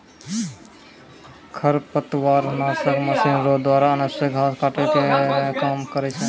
खरपतवार नासक मशीन रो द्वारा अनावश्यक घास काटै मे काम करै छै